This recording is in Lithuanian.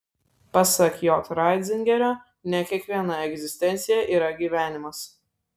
pasak j ratzingerio ne kiekviena egzistencija yra gyvenimas